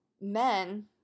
men